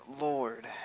Lord